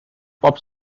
pop